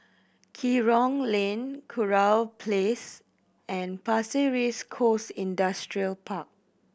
Kerong Lane Kurau Place and Pasir Ris Coast Industrial Park